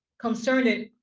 concerned